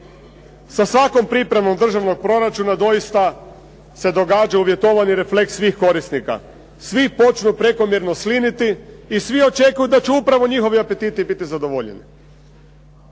Sa svakom pripremom državnog proračuna doista se događa uvjetovani refleks svih korisnika. Svi počnu prekomjerno sliniti i svi očekuju da će upravo njihovi apetiti biti zadovoljeni.